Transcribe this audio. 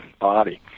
body